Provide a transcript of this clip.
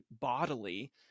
bodily